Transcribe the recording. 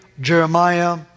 Jeremiah